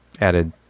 added